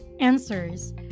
answers